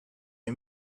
and